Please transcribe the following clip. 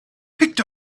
picked